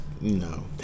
No